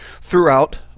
throughout